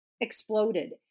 exploded